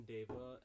Deva